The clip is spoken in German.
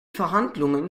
verhandlungen